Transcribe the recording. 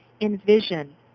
envision